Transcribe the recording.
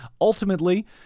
Ultimately